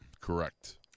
Correct